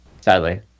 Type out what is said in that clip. sadly